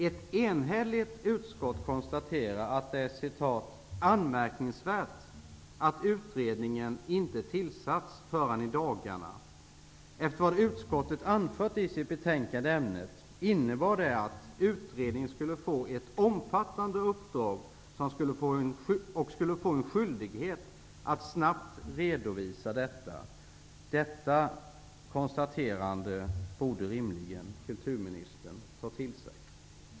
Ett enhälligt utskott konstaterar att det är ''anmärkningsvärt att utredningen inte tillsatts förrän i dagarna, efter vad utskottet anfört i sitt betänkande i ämnet innebar det att utredningen skulle få ett omfattande uppdrag och skulle få en skyldighet att snabbt redovisa detta''. Detta konstaterande borde rimligen kulturministern ta till sig.